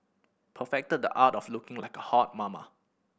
perfected the art of looking like a hot mama